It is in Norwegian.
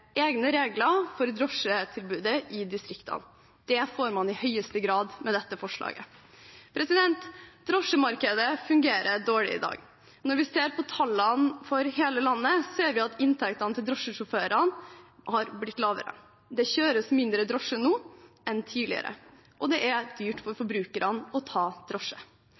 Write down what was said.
egne regler for drosjetilbudet i distriktene. Det får man i høyeste grad med dette forslaget. Drosjemarkedet fungerer dårlig i dag. Når vi ser på tallene for hele landet, ser vi at inntektene til drosjesjåførene har blitt lavere. Det kjøres mindre drosje nå enn tidligere, og det er dyrt for forbrukerne å ta drosje.